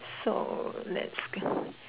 so let's